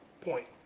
point